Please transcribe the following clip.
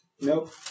Nope